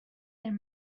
there